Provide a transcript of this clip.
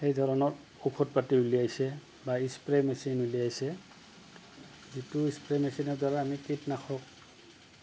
সেই ধৰণৰ ঔষধ পাতি উলিয়াইছে বা স্প্ৰে মেচিন উলিয়াইছে যিটো স্প্ৰে মেচিনৰ দ্বাৰা আমি কীটনাশক